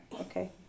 Okay